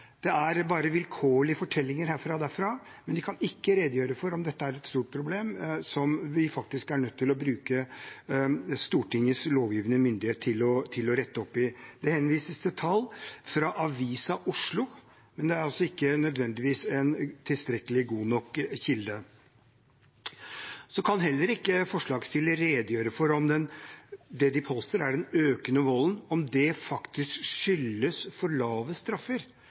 Det er bare vilkårlige fortellinger herfra og derfra, men de kan ikke redegjøre for om dette er et stort problem som vi er nødt til å bruke Stortingets lovgivende myndighet til å rette opp i. Det henvises til tall fra Avisa Oslo, men det er ikke nødvendigvis en tilstrekkelig god nok kilde. Forslagsstillerne kan heller ikke redegjøre for om det de påstår er den økende volden, faktisk skyldes for lave straffer.